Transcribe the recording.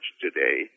today